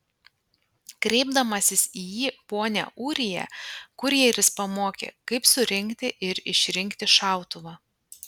kreipdamasis į jį pone ūrija kurjeris pamokė kaip surinkti ir išrinkti šautuvą